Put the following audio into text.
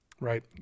Right